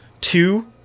two